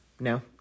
No